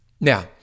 Now